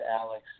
Alex